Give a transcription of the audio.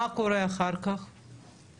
תקשיבי, מה הקב"ה היה חושב?